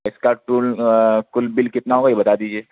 اِس کا کُل بل کتنا ہُوا یہ بتا دیجیے